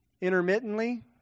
Intermittently